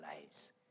lives